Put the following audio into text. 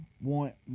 Want